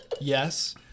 yes